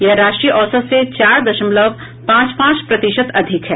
यह राष्ट्रीय औसत से चार दशमलव पांच पांच प्रतिशत अधिक है